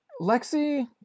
Lexi